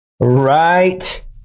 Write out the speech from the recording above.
right